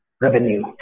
revenue